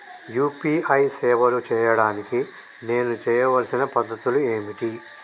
UPI సేవలు చేయడానికి నేను చేయవలసిన పద్ధతులు ఏమిటి?